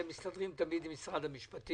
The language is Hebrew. אתם תמיד מסתדרים עם משרד המשפטים